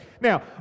Now